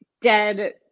dead